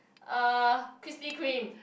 uh Krispy Kreme